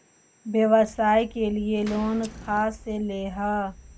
व्यवसाय के लिये लोन खा से ले?